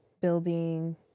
building